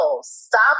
Stop